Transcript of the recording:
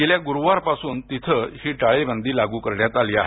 गेल्या गुरुवार पासून तिथं हि टाळेबंदी लागू करण्यात आली आहे